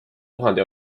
tuhande